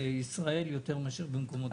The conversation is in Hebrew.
בישראל, יותר מאשר במקומות אחרים.